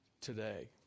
today